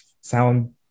sound